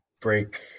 break